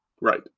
right